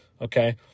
Okay